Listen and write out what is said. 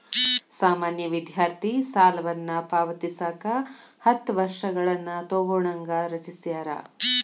ಸಾಮಾನ್ಯ ವಿದ್ಯಾರ್ಥಿ ಸಾಲವನ್ನ ಪಾವತಿಸಕ ಹತ್ತ ವರ್ಷಗಳನ್ನ ತೊಗೋಣಂಗ ರಚಿಸ್ಯಾರ